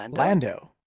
Lando